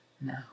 No